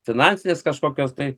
finansinės kažkokios tai